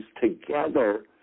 together